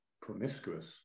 promiscuous